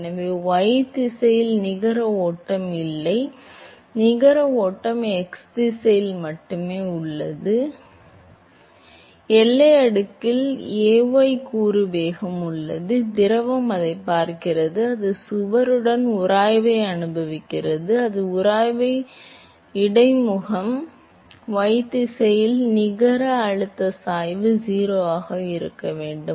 எனவே y திசையில் நிகர ஓட்டம் இல்லை நிகர ஓட்டம் x திசையில் மட்டுமே உள்ளது எல்லை அடுக்கில் ay கூறு வேகம் உள்ளது ஏனெனில் திரவம் அதைப் பார்க்கிறது அது சுவருடன் உராய்வை அனுபவிக்கிறது அது உராய்வை அனுபவிக்கிறது இடைமுகம் ஆனால் y திசையில் நிகர அழுத்த சாய்வு 0 ஆக இருக்க வேண்டும்